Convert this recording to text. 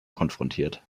konfrontiert